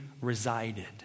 resided